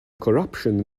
corruption